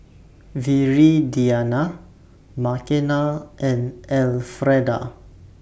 Viridiana Makena and Elfreda